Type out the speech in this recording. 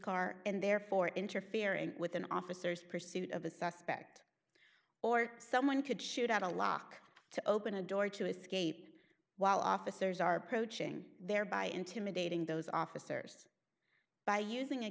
car and therefore interfering with an officer's pursuit of a suspect or someone could shoot out a lock to open a door to escape while officers are approaching thereby intimidating those officers by using a